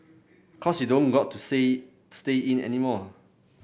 cause you don't got to say stay in anymore